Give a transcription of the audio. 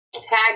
tag